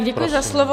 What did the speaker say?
Děkuji za slovo.